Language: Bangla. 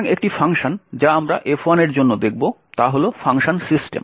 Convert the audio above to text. সুতরাং একটি ফাংশন যা আমরা F1 এর জন্য দেখব তা হল ফাংশন সিস্টেম